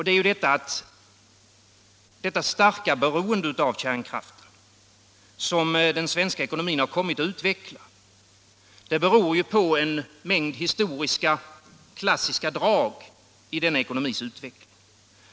Det är ju detta att det starka = tillföra kärnreakberoende av kärnkraften som den svenska ekonomin kommit att utveckla — tor kärnbränsle, har sin orsak i en mängd historiska klassiska drag i denna ekonomis m.m. utveckling.